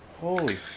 Holy